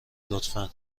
لطفا